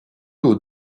aux